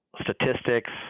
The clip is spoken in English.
statistics